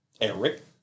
eric